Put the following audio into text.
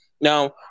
Now